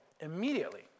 immediately